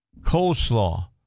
coleslaw